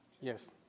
Yes